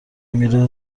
میره